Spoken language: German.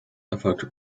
erfolgte